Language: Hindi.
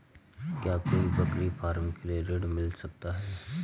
क्या कोई बकरी फार्म के लिए ऋण मिल सकता है?